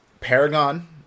Paragon